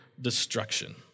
destruction